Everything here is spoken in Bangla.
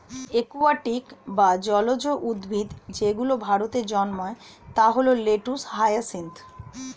একুয়াটিক বা জলজ উদ্ভিদ যেগুলো ভারতে জন্মায় তা হল লেটুস, হায়াসিন্থ